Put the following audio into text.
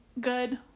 good